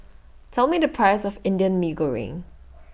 Tell Me The Price of Indian Mee Goreng